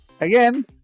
again